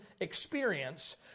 experience